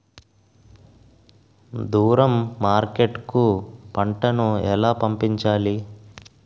దూరం మార్కెట్ కు పంట ను ఎలా పంపించాలి?